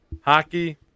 hockey